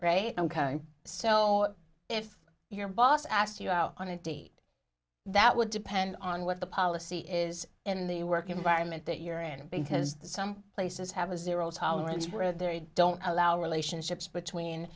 right ok so if your boss asked you out on a date that would depend on what the policy is in the work environment that you're and because the some places have a zero tolerance where they don't allow relationships between